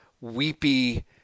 weepy